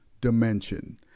dimension